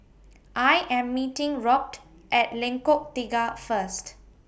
I Am meeting Robt At Lengkok Tiga First